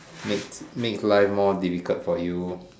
make make life more difficult for you